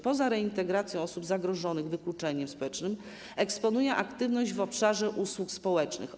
Poza reintegracją osób zagrożonych wykluczeniem społecznym eksponuje aktywność w obszarze usług społecznych.